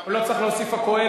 הוא לא צריך להוסיף הכהן,